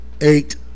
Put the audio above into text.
Eight